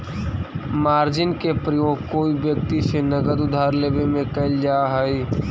margin के प्रयोग कोई व्यक्ति से नगद उधार लेवे में कैल जा हई